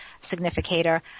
significator